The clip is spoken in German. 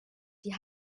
die